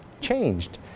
changed